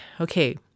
okay